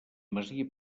masia